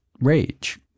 rage